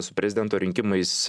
su prezidento rinkimais